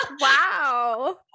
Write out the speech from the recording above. Wow